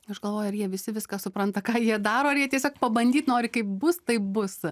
aš galvoju ar jie visi viską supranta ką jie daro ar jie tiesiog pabandyt nori kaip bus taip bus